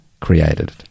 created